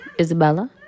Isabella